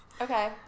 Okay